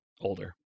Older